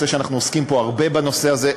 אנחנו עוסקים פה הרבה בנושא הזה,